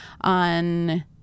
On